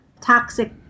toxic